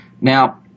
now